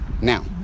now